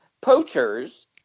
poachers